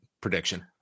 prediction